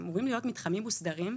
אמורים להיות מתחמים מוסדרים,